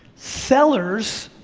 sellers,